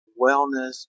wellness